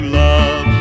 love